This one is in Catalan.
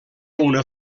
una